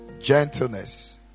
gentleness